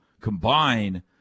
combine